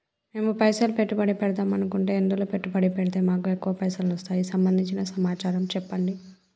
మేము పైసలు పెట్టుబడి పెడదాం అనుకుంటే ఎందులో పెట్టుబడి పెడితే మాకు ఎక్కువ పైసలు వస్తాయి సంబంధించిన సమాచారం చెప్పండి?